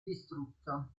distrutto